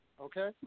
Okay